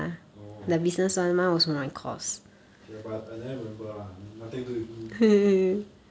oh okay lah but I never remember lah I mean nothing to do with me